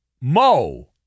Mo